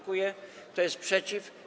Kto jest przeciw?